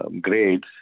grades